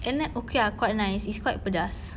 end up okay lah quite nice it's quite pedas